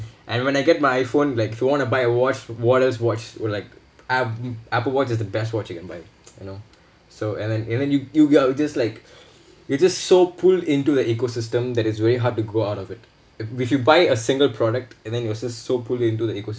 and when I get my iphone like if I want to buy a watch watch or like app~ apple watch is the best watch you can buy you know so and then and then you you I will just like you're just so pull into the ecosystem that it's really hard to grow out of it if you buy a single product and then it was just so pulling into the eco